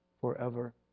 forever